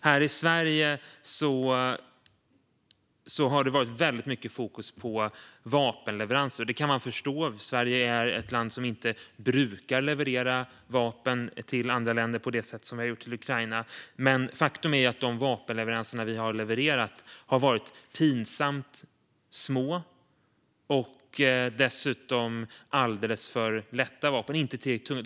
Här i Sverige har det varit väldigt mycket fokus på vapenleveranser. Det kan man förstå. Sverige är ett land som inte brukar leverera vapen till andra länder på det sätt som vi har gjort till Ukraina. Men faktum är att de vapenleveranser som vi har gjort har varit pinsamt små. Dessutom har det varit alldeles för lätta vapen, inte tillräckligt tunga.